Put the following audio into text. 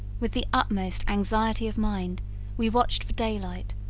with the utmost anxiety of mind we watched for daylight,